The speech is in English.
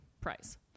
price